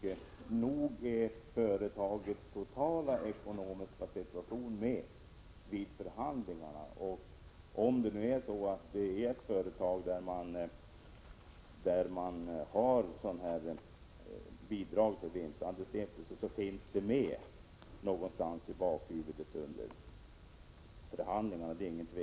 vill jag hävda att företagets totala ekonomiska situation är med i bilden vid förhandlingarna, och om ett företag har systemet med bidrag till en vinstandelsstiftelse så finns detta med någonstans i bakhuvudet under förhandlingarna även om det — Prot.